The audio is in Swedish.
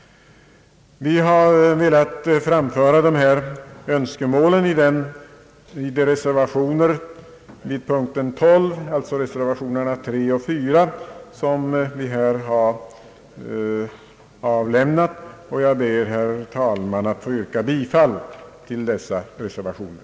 Vi har velat framföra dessa önskemål i reservationerna 3 samt 4 a och 4 b, som fogats vid punkten 12 i utskottets utlåtande. Jag ber, herr talman, att få yrka bifall till dessa reservationer.